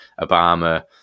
Obama